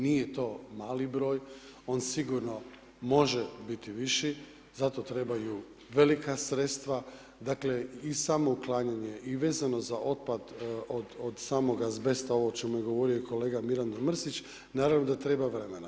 Nije to mali broj, on sigurno može biti viši, zato trebaju velika sredstva, dakle i samo uklanjanje i vezano za otpad od samog azbesta, ovo o čemu je govorio i kolega Mirando Mršić, naravno da treba vremena.